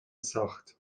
ساخت